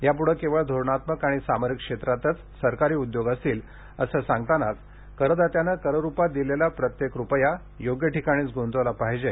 यापुढे केवळ धोरणात्मक आणि सामरिक क्षेत्रातच सरकारी उद्योग असतील असं सांगतानाच करदात्यानं कर रूपात दिलेला प्रत्येक रूपया योग्य ठिकाणीच ग्रंतवला पाहिजे